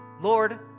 Lord